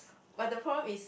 but the problem is